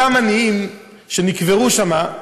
אותם עניים שנקברו שם,